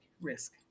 risk